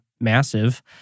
massive